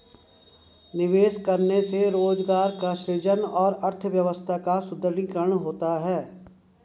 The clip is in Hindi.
निवेश करने से रोजगार का सृजन और अर्थव्यवस्था का सुदृढ़ीकरण होता है